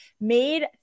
made